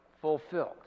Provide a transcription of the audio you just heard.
fulfilled